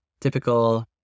typical